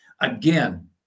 Again